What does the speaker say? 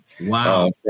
Wow